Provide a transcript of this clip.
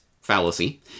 fallacy